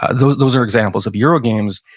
ah those those are examples of eurogames.